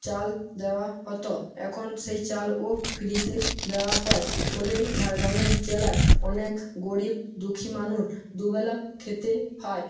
চাল দেওয়া হত এখন সেই চালও ফ্রীতে দেওয়া হয় ফলে ঝাড়গামের জেলায় অনেক গরিব দুখী মানুর দুবেলা খেতে পায়